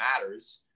matters